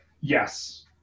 Yes